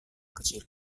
kecil